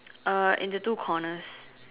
uh in the two corners